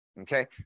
Okay